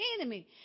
enemy